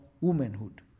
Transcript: womanhood